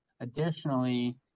Additionally